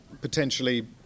potentially